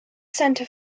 centre